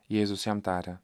jėzus jam taria